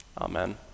Amen